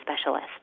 specialist